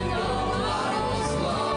חוסר משמעות ותקיעות במקום שהייתי בו,